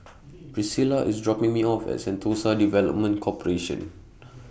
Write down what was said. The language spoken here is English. Priscila IS dropping Me off At Sentosa Development Corporation